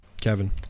Kevin